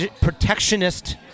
protectionist